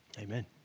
Amen